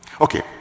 okay